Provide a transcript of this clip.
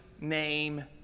name